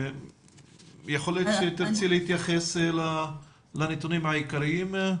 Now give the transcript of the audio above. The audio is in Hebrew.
יכול להיות שתרצי להתייחס לנתונים העיקריים.